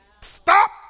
Stop